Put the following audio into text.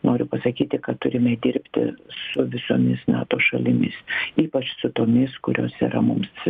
noriu pasakyti kad turime dirbti su visomis nato šalimis ypač su tomis kurios yra mums